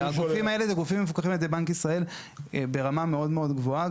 הגופים האלה זה גופים מפוקחים על ידי בנק ישראל ברמה מאוד מאוד גבוהה.